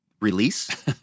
release